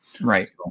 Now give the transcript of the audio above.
Right